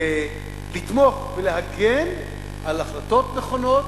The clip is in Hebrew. לתמוך ולהגן על החלטות נכונות.